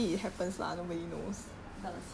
the situation situation